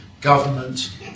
government